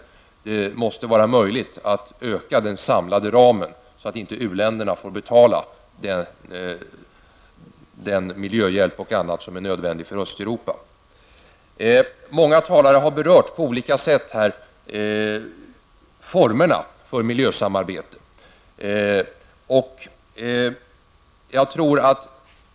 Det måste vara möjligt att öka den samlade ramen, så att inte u-länderna får betala för den miljöhjälp och annat som är nödvändigt för Många talare har på olika sätt berört formerna för miljösamarbetet.